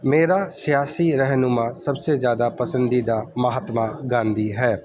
میرا سیاسی رہنما سب سے زیادہ پسندیدہ مہاتما گاندھی ہے